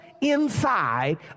inside